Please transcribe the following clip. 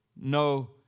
No